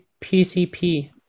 PCP